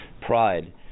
pride